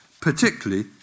particularly